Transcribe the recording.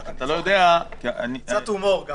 רק אתה לא יודע --- קצת הומור.